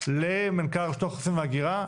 למנכ"ל רשות האוכלוסין וההגירה,